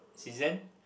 season